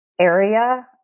area